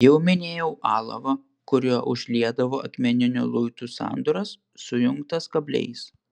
jau minėjau alavą kuriuo užliedavo akmeninių luitų sandūras sujungtas kabliais